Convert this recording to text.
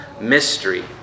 mystery